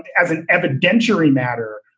as an evidentiary matter,